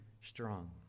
strong